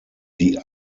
die